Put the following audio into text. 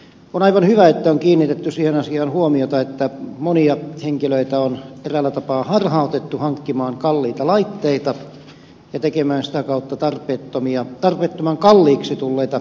on aivan hyvä että on kiinnitetty siihen asiaan huomiota että monia henkilöitä on eräällä tapaa harhautettu hankkimaan kalliita laitteita ja tekemään sitä kautta tarpeettoman kalliiksi tulleita investointeja